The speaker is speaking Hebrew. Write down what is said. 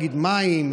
נגיד מים,